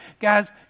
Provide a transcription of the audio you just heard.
Guys